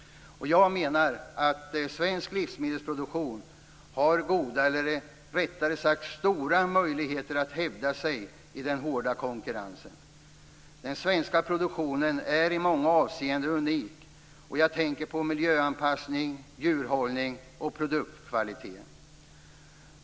Jag menar att svensk livsmedelsproduktion har goda, eller rättare sagt stora, möjligheter att hävda sig i den hårda konkurrensen. Den svenska produktionen är i många avseenden unik. Jag tänker på miljöanpassning, djurhållning och produktkvalitet.